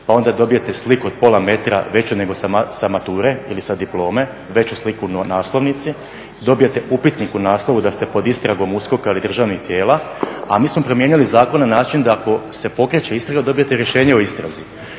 pa onda dobijete sliku od pola metra veću nego sa mature ili sa diplome veću sliku na naslovnici, dobijete upitnik u naslovu da ste pod istragom USKOK-a ili državnih tijela, a mi smo promijenili zakon na način da ako se pokreće istraga dobijete rješenje o istrazi.